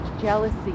jealousy